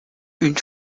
une